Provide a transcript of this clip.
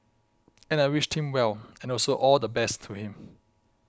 and I wished him well and also all the best to him